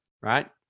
right